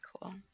cool